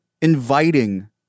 inviting